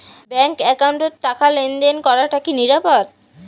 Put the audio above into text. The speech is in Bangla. ব্যাংক একাউন্টত টাকা লেনদেন করাটা কি নিরাপদ?